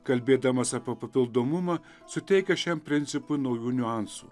kalbėdamas apie papildomumą suteikia šiam principui naujų niuansų